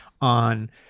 on